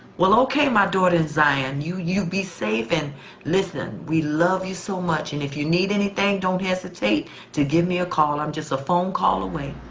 well okay, my daughter in zion you you be safe and listen, we love you so much and if you need anything, don't hesitate to give me a call. i'm just a phone call away.